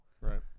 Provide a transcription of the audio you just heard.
Right